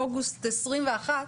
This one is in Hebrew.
באוגוסט 2021,